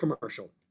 commercial